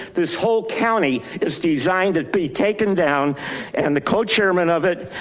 this whole county is designed to be taken down and the co-chairman of it.